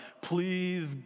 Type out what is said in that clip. please